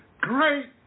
great